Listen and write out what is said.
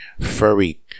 furry